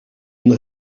une